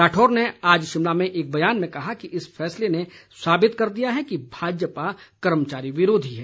राठौर ने आज शिमला में एक बयान में कहा कि इस फैसले ने साबित कर दिया है कि भाजपा कर्मचारी विरोधी है